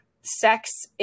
sex